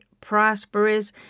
prosperous